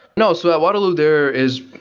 no. so at waterloo there is,